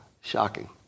Shocking